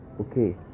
okay